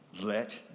Let